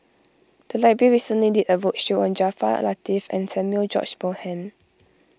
the library recently did a roadshow on Jaafar Latiff and Samuel George Bonham